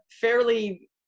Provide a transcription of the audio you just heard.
fairly